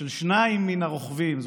של שניים מן הרוכבים,